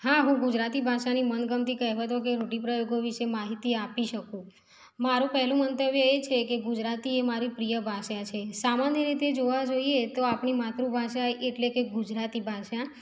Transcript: હા હું ગુજરાતી ભાષાની મનગમતી કહેવતો કે રૂઢિપ્રયોગો વિષે માહિતી આપી શકું મારું પહેલું મંતવ્ય એ છે કે ગુજરાતી એ મારી પ્રિય ભાષા છે સામાન્ય રીતે જોવા જઈએ તો માતૃભાષા એટલે કે ગુજરાતી ભાષા